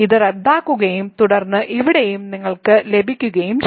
ഇത് റദ്ദാക്കുകയും തുടർന്ന് ഇവിടെയും നിങ്ങൾക്ക് ലഭിക്കുകയും ചെയ്യും